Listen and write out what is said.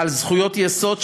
על זכויות יסוד,